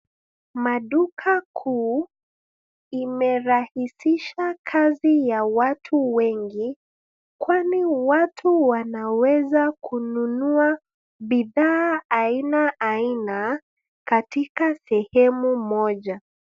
Maduka kuu imerahisisha kazi ya watu wengi kwani watu wanaweza kununua bidhaa aina aina katika sehemu moja.